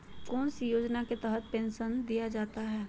कौन सी योजना के तहत पेंसन दिया जाता है?